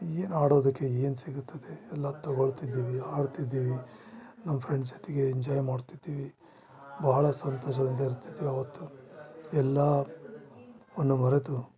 ಏನು ಆಡೋದಕ್ಕೆ ಏನು ಸಿಗುತ್ತದೆ ಎಲ್ಲ ತಗೋಳ್ತಿದ್ದೀವಿ ಆಡ್ತಿದ್ದೀವಿ ನಮ್ಮ ಫ್ರೆಂಡ್ಸ್ ಜೊತೆಗೆ ಎಂಜೊಯ್ ಮಾಡ್ತಿದ್ದೀವಿ ಬಹಳ ಸಂತಸದಿಂದ ಇರ್ತಿದಿವಿ ಆವತ್ತು ಎಲ್ಲವನ್ನು ಮರೆತು